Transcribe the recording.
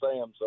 Sam